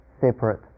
separate